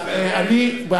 חבר הכנסת טיבי.